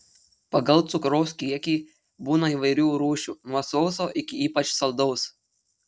pagal cukraus kiekį būna įvairių rūšių nuo sauso iki ypač saldaus